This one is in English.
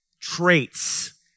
traits